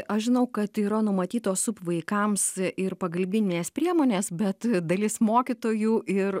aš žinau kad yra numatytos sup vaikams ir pagalbinės priemonės bet dalis mokytojų ir